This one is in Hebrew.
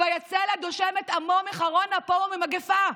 ויצל אדושם את עמו מחרון אפו וממגפה.